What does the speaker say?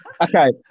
okay